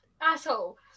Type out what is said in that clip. Asshole